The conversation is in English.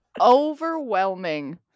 overwhelming